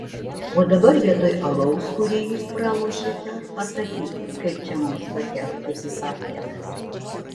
o dabar vietoj alaus kurį jūs pralošėte pasakykit kaip čia mums patekti į tą fiestą